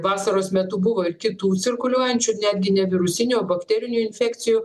vasaros metu buvo ir kitų cirkuliuojančių netgi ne virusinių o bakterinių infekcijų